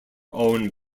own